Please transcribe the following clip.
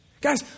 Guys